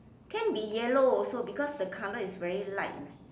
can be yellow also because the color is very light